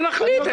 אני מחליט.